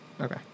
Okay